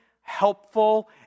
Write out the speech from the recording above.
helpful